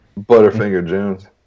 Butterfinger-Jones